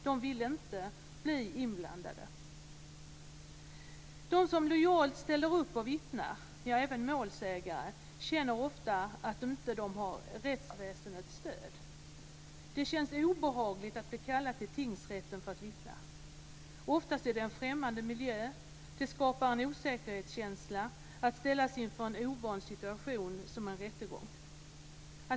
Man vill inte bli inblandad. De som lojalt ställer upp och vittnar, ja även målsägare, känner ofta att de inte har rättsväsendets stöd. Det känns obehagligt att bli kallad till tingsrätten för att vittna. Oftast är det en främmande miljö. Det skapar en osäkerhetskänsla att ställas inför den ovana situation som en rättegång utgör.